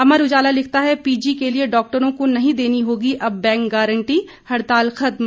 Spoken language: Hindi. अमर उजाला लिखता है पीजी के लिए डॉक्टरों को नहीं देनी होगी अब बैंक गारंटी हड़ताल खत्म